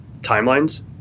Timelines